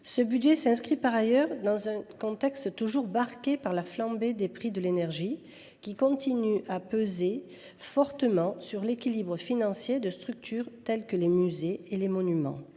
Ce budget s’inscrit par ailleurs dans un contexte toujours marqué par la flambée des prix de l’énergie, qui continue de peser fortement sur l’équilibre financier de structures comme les musées et les monuments.